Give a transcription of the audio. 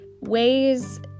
ways